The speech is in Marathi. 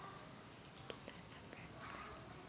दुधाचं फॅट कायनं कमी होते?